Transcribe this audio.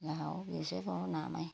ला हो बिर्से पो हो नामै